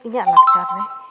ᱤᱧᱟᱹᱜ ᱞᱟᱠᱪᱟᱨ ᱨᱮ